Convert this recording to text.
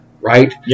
Right